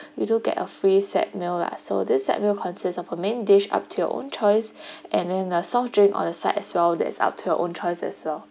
you do get a free set meal lah so this set meal consists of a main dish up to your own choice and then a soft drink on the sides as well that's up to your own choice as well